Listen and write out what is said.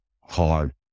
hard